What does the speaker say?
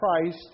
Christ